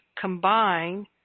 combine